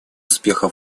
успеха